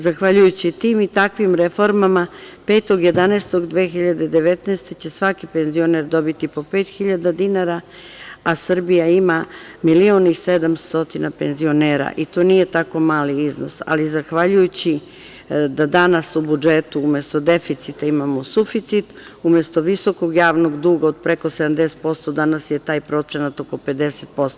Zahvaljujući tim i takvim reformama 5.11.2019. godine, će svaki penzioner dobiti po 5.000 dinara, a Srbija ima 1.700.000 penzionera i to nije tako mali iznos, ali zahvaljujući da danas u budžetu umesto deficita imamo suficit, umesto visokog javnog duga od preko 70%, danas je taj procenat oko 50%